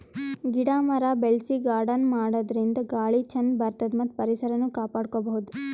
ಗಿಡ ಮರ ಬೆಳಸಿ ಗಾರ್ಡನ್ ಮಾಡದ್ರಿನ್ದ ಗಾಳಿ ಚಂದ್ ಬರ್ತದ್ ಮತ್ತ್ ಪರಿಸರನು ಕಾಪಾಡ್ಕೊಬಹುದ್